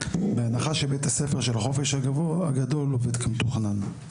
בהנחה שבית הספר של החופש הגדול עובד כמתוכנן.